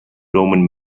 roman